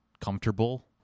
comfortable